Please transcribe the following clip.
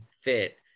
fit